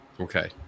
Okay